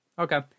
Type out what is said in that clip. Okay